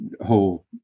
whole